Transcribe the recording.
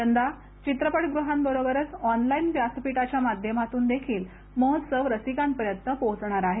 यंदा चित्रपटगृहांबरोबरच ऑनलाईन व्यासपीठाच्या माध्यमातून देखील महोत्सव रसिकांपर्यंत पोहोचणार आहे